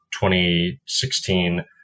2016